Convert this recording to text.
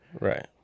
Right